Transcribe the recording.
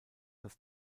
das